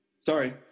Sorry